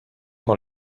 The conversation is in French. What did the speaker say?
dans